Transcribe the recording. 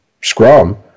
scrum